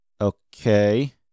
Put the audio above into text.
Okay